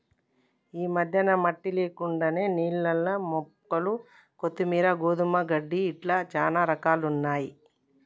ఈ మధ్యన మట్టి లేకుండానే నీళ్లల్ల మొక్కలు కొత్తిమీరు, గోధుమ గడ్డి ఇట్లా చానా రకాలున్నయ్యి